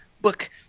book